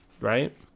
right